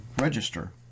register